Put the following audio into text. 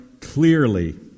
Clearly